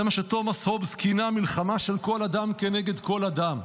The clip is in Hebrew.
זה מה שתומאס הובס כינה מלחמה של כל אדם כנגד כל אדם.